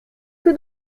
que